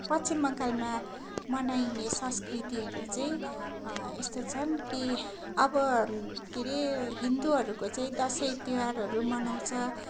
पश्चिम बङ्गालमा मनाइने संस्कृतिहरू चाहिँ यस्तो छन् कि अब के अरे हिन्दूहरूको चाहिँ दसैँतिहारहरू मनाउँछ